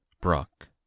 Brock